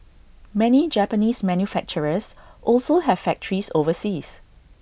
many Japanese manufacturers also have factories overseas